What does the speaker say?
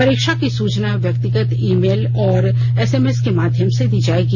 परीक्षा की सूचना व्यक्तिगत ई मेल और एसएमएस के माध्यम से दी जायेगी